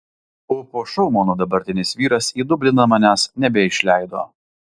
o po šou mano dabartinis vyras į dubliną manęs nebeišleido